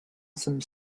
some